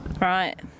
Right